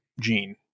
gene